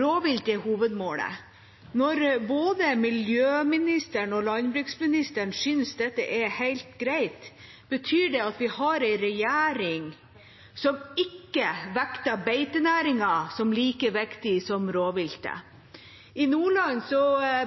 Rovvilt er hovedmålet. Når både miljøministeren og landbruksministeren synes dette er helt greit, betyr det at vi har en regjering som ikke vekter beitenæringen som like viktig som rovviltet. I Nordland